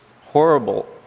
horrible